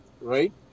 right